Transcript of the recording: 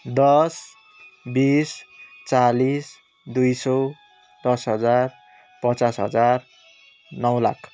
दस बिस चालिस दुई सय दस हजार पचास हजार नौ लाख